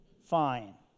fine